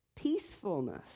peacefulness